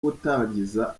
gutangiza